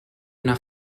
una